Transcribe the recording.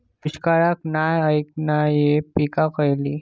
दुष्काळाक नाय ऐकणार्यो पीका खयली?